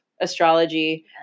astrology